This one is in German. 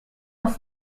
auf